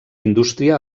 indústria